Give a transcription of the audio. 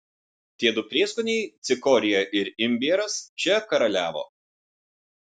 tie du prieskoniai cikorija ir imbieras čia karaliavo